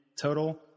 total